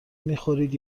میخورید